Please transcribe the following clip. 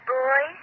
boy